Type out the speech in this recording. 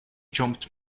jumped